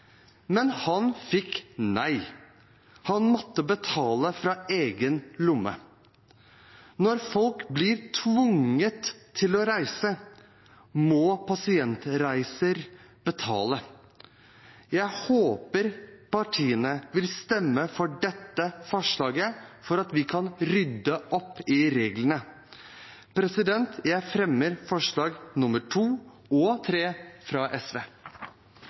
men han fikk nei. Han måtte betale fra egen lomme. Når folk blir tvunget til å reise, må Pasientreiser betale. Jeg håper partiene vil stemme for dette forslaget, slik at vi kan rydde opp i reglene. Jeg fremmer forslagene nr. 2 og 3, fra SV.